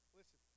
listen